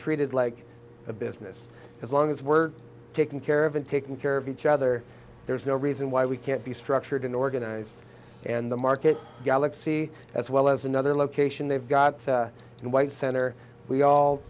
treated like a business as long as we're taking care of and taking care of each other there's no reason why we can't be structured in organized and the market galaxy as well as another location they've got and white center we all